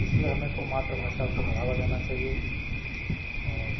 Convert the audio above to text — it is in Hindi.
इसलिए हमें को मात्र भाषा को बढ़ावा देना चाहिए